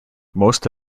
most